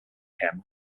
him